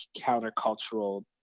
countercultural